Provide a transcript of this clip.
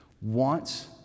wants